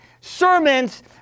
sermons